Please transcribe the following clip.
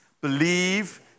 Believe